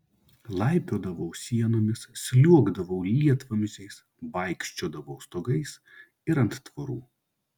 laipiodavau sienomis sliuogdavau lietvamzdžiais vaikščiodavau stogais ir ant tvorų